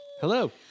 Hello